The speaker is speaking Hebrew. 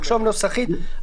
נחשוב נוסחית.